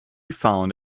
found